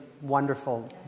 wonderful